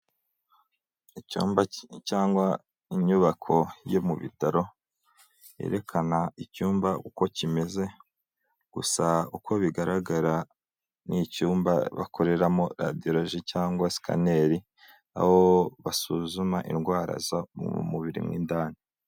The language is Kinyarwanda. Icyumba cyangwa inyubako yo mu bitaro yerekana icyumba uko kimeze gusa uko bigaragara ni icyumba bakoreramo radiyorogi cyangwa sikaneri, aho basuzuma indwara zo mu mubiri mo indani